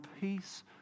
peace